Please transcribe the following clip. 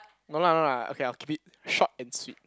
no lah no lah okay I'll keep it short and sweet